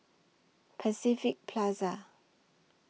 Pacific Plaza